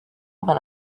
when